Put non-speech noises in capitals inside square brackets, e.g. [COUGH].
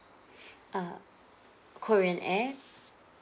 [BREATH] uh korean air